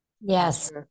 Yes